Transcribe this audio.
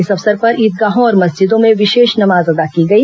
इस अवसर पर ईदगाहों और मस्जिदों में विशेष नमाज अदा की गई